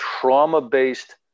trauma-based